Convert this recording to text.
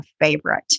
favorite